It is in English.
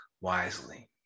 wisely